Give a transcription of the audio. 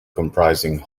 comprising